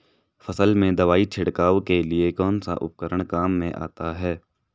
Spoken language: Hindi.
फसल में दवाई छिड़काव के लिए कौनसा उपकरण काम में आता है?